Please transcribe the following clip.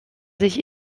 sich